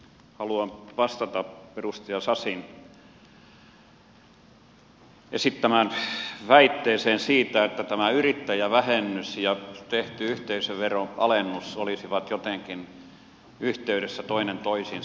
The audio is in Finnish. haluan vastata edustaja sasin esittämään väitteeseen siitä että tämä yrittäjävähennys ja tehty yhteisöveron alennus olisivat jotenkin yhteydessä toinen toisiinsa